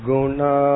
Guna